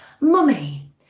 mummy